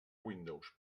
windows